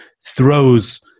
throws